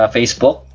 Facebook